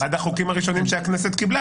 אחד החוקים הראשונים שהכנסת קיבלה,